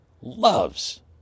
loves